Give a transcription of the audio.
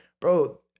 bro